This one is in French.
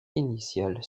initiale